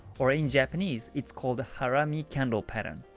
or in japanese, it's called harami candle pattern.